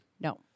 No